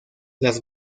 las